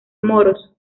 moros